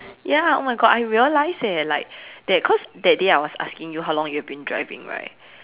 ya oh my God I realized eh like that cause that day I was asking you how long you have been driving right